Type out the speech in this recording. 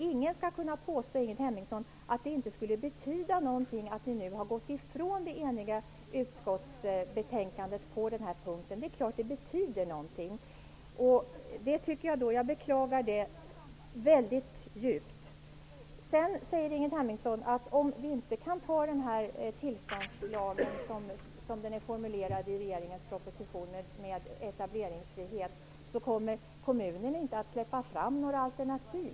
Ingen skall kunna påstå, Ingrid Hemmingsson, att det inte skulle betyda någonting att ni nu har gått ifrån det eniga utskottet på den här punkten. Det är klart att det betyder någonting. Jag beklagar det djupt. Ingrid Hemmingsson säger sedan att kommunerna inte kommer att släppa fram några alternativ om vi inte antar bestämmelsen om etableringsfrihet i tillståndslagen som den är formulerad i regeringens proposition.